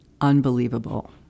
unbelievable